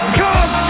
come